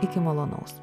iki malonaus